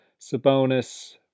Sabonis